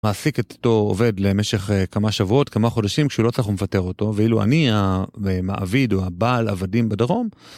מעסיק את אותו, עובד למשך כמה שבועות, כמה חודשים, כשהוא לא צריך הוא מפטר אותו, ואילו אני, המעביד או הבעל, עבדים בדרום,